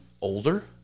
older